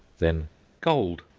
then gold!